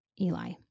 Eli